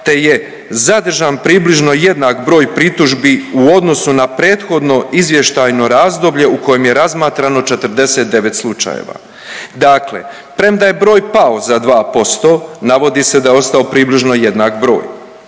te je zadržan približno jednak broj pritužbi u odnosu na prethodno izvještajno razdoblje u kojem je razmatrano 49 slučajeva. Dakle, premda je broj pao za 2% navodi se da je ostao približno jednak broj.